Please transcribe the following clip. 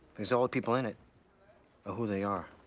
there's all the people in it, or who they are.